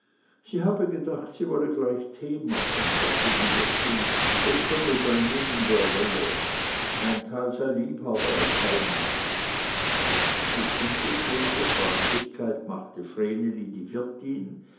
sie habe gedacht sie wolle gleich tee machen sagte die wirtin es könne dann nehmen wer wolle ein teil sei liebhaber ein teil nicht mit ungezwungener freundlichkeit machte vreneli die wirtin